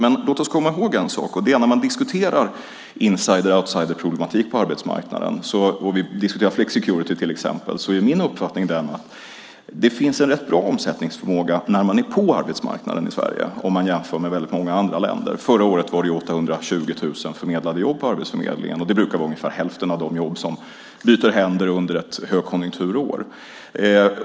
Men låt oss komma ihåg en sak: När man diskuterar insider och outsiderproblematik på arbetsmarknaden, till exempel när det gäller flexicurity , är min uppfattning att det finns en rätt bra omsättningsförmåga när man väl är inne på arbetsmarknaden i Sverige jämfört med många andra länder. Förra året var det 820 000 förmedlade jobb på Arbetsförmedlingen, och det brukar vara ungefär hälften av de jobb som byter innehavare under ett högkonjunkturår.